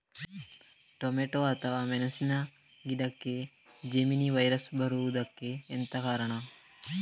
Tomato ಅಥವಾ ಮೆಣಸಿನ ಗಿಡಕ್ಕೆ ಜೆಮಿನಿ ವೈರಸ್ ಬರುವುದಕ್ಕೆ ಎಂತ ಕಾರಣ?